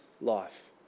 life